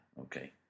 Okay